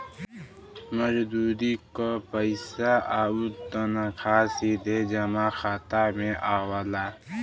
मजदूरी क पइसा आउर तनखा सीधे जमा खाता में आवला